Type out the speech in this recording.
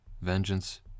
vengeance